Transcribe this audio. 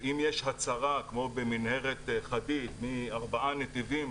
אם יש הצרה כמו במנהרת חדיד מארבעה נתיבים